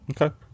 Okay